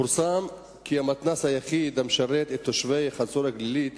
פורסם כי המתנ"ס היחיד המשרת את תושבי חצור-הגלילית